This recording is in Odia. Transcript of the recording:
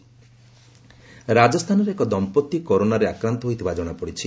ରାଜସ୍ଥାନ କରୋନା ରାଜସ୍ଥାନରେ ଏକ ଦମ୍ପତି କରୋନାରେ ଆକ୍ରାନ୍ତ ହୋଇଥିବା ଜଣାପଡ଼ିଛି